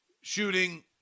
shooting